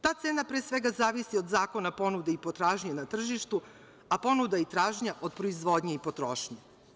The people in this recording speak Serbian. Ta cena pre svega zavisi od zakona ponude i potražnje na tržištu, a ponuda i tražnja od proizvodnje i potrošnje.